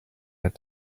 led